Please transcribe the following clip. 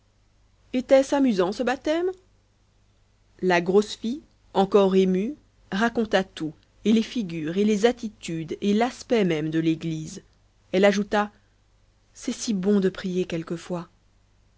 etait-ce amusant ce baptême la grosse fille encore émue raconta tout et les figures et les attitudes et l'aspect même de l'église elle ajouta c'est si bon de prier quelquefois